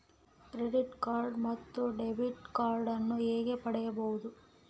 Credit card ಮತ್ತು debit card ನಾನು ಹೇಗೆ ಪಡೆಯಬಹುದು?